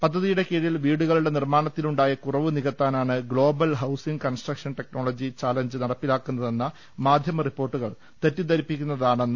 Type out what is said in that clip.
പദ്ധതിയുടെ കീഴിൽ വീടുകളുടെ നിർമ്മാണത്തിലു ണ്ടായ കുറവ് നികത്താനാണ് global housing construction technology challenge നടപ്പിലാക്കുന്ന തെന്ന മാധ്യമ റിപ്പോർട്ടുകൾ തെറ്റിദ്ധരിപ്പിക്കുന്നതാ ണെന്ന് മന്ത്രാലയം വ്യക്തമാക്കി